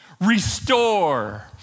restore